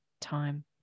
time